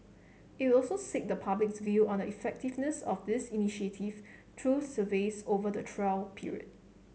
it will also seek the public's view on the effectiveness of this initiative through surveys over the trial period